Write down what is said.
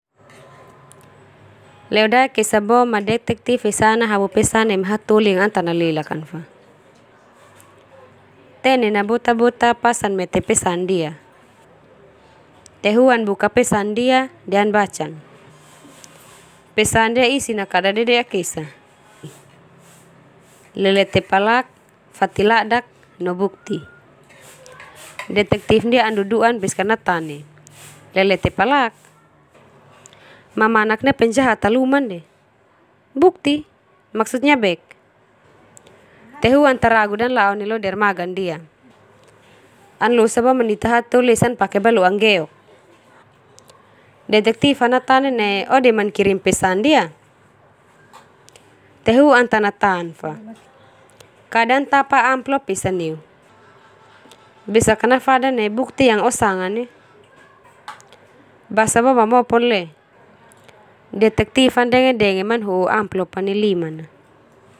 Leodaek esa boema detektif esa an hapu pesan neme hatoli yang an ta nelelak kan fa. Tenen na bota-bota pas an mete pesan ndia. Te hu an buka pesan ndia de an bacan. Pesan ndia isi na kada dede'ak esa. Lelete palak, fatiladak, no bukti. Detektif ndia an dudu'an beska natane. Lelete palak? Mamanak ndia penjahat al uman ndia. Bukti? Maksudnya bek? Te hu an ta ragu de an la'o lo dermaga ndia. An losa boema nita hatoli esa an pake balo'a nggeok. Detektif a natanen nae o de mankirim pesan ndia? Te hu an ta natan fa. Kada an tapa amplop esa neu. Besak ka nafadan nae bukti yang o sangan ia. Basa boma mopon le. Detektif a an denge-denge ma an ho'o amplop a nai liman a.